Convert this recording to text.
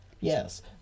Yes